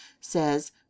says